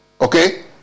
Okay